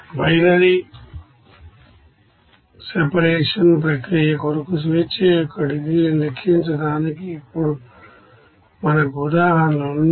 binary separation ప్రక్రియ కొరకు degrees of freedom ను లెక్కించడానికి ఇప్పుడు మనకు ఉదాహరణలు ఉన్నాయి